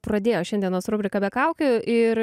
pradėjo šiandienos rubriką be kaukių